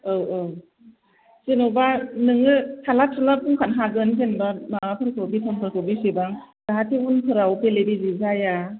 औ औ जेन'बा नोङो थाला थुला बुंखानो हागोन जेनबा माबाफोरखौ बेथनफोरखौ बेसेबां जाहाथे उनफोराव बेले बेजे जाया